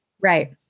Right